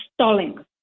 stalling